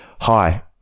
Hi